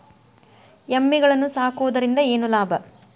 ಎಮ್ಮಿಗಳು ಸಾಕುವುದರಿಂದ ಏನು ಲಾಭ?